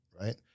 right